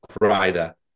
rider